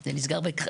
-- זה נסגר בתקנות.